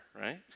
right